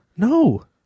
No